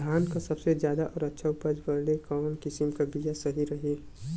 धान क सबसे ज्यादा और अच्छा उपज बदे कवन किसीम क बिया सही रही?